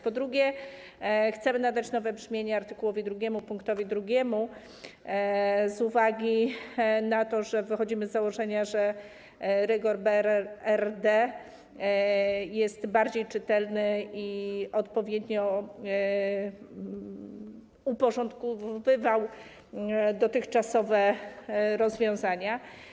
Po drugie, chcemy nadać nowe brzmienie art. 2 pkt 2 z uwagi na to, że wychodzimy z założenia, że rygor BRRD jest bardziej czytelny i odpowiednio uporządkowywał dotychczasowe rozwiązania.